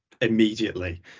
immediately